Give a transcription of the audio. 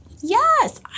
Yes